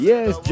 Yes